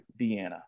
Deanna